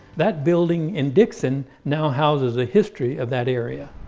that building in dixon now houses a history of that area.